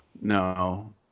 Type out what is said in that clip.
No